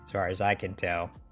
far as i can tell,